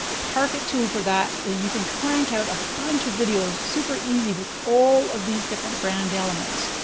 perfect tool for that. you can crank out a bunch of videos super easy with all of these different brand elements.